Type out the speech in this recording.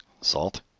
Salt